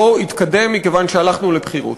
לא התקדם מכיוון שהלכנו לבחירות.